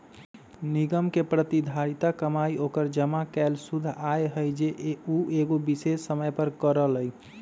निगम के प्रतिधारित कमाई ओकर जमा कैल शुद्ध आय हई जे उ एगो विशेष समय पर करअ लई